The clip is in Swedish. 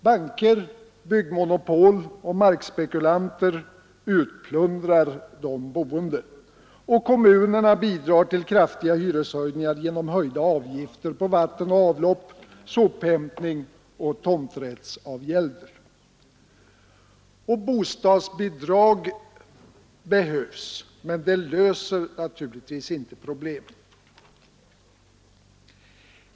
Banker, byggmonopol och markspekulanter utplundrar de boende, och kommunerna bidrar till kraftiga hyreshöjningar genom höjda avgifter på vatten och avlopp och sophämtning och genom höjda tomträttsavgälder. Bostadsbidrag behövs, men de löser inte problemen.